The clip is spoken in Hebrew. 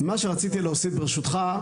מה שרציתי להוסיף ברשותך,